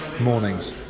Mornings